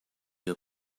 your